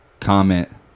comment